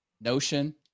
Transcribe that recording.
notion